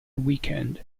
weekend